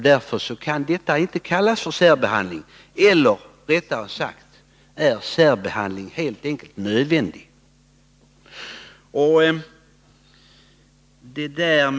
Därför är en särbehandling i det här fallet helt enkelt nödvändig.